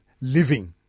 living